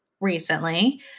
recently